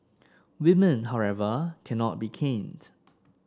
women however cannot be caned